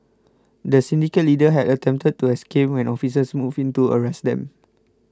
the syndicate leader had attempted to escape when officers moved in to arrest them